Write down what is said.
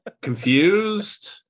confused